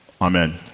Amen